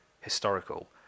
historical